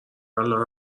الان